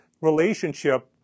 relationship